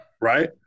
right